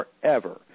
forever